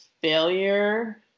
failure